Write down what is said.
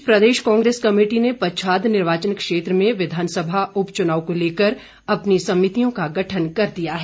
इस बीच प्रदेश कांग्रेस कमेटी ने पच्छाद निर्वाचन क्षेत्र में विधानसभा उपचुनाव को लेकर अपनी समितियों का गठन कर दिया है